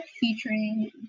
featuring